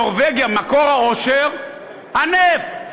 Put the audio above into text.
נורבגיה, מקור העושר, הנפט.